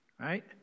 Right